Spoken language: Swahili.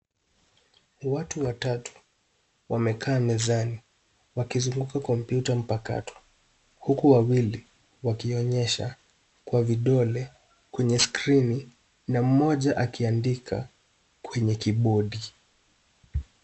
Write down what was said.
Watu watatu wamekaa mezani wakizunguka kompyuta mpakato. Huku wawili wakionyesha kwa vidole kwenye skirini na mmoja akiandika kwenye kibodi.